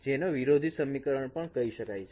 જેને વિરોધી સમીકરણ પણ કહી શકાય છે